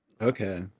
Okay